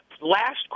last